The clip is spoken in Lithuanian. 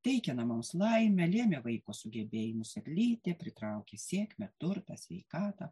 teikė namams laimę lėmė vaiko sugebėjimus ar lytį pritraukė sėkmę turtą sveikatą